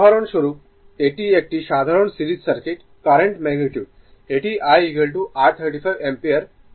উদাহরণস্বরূপ এটি একটি সাধারণ সিরিজ সার্কিট কারেন্ট ম্যাগনিটিউড এটি I r 35 অ্যাম্পিয়ার মাধ্যমে প্রবাহিত দেওয়া হয়